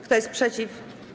Kto jest przeciw?